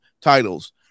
titles